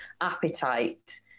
appetite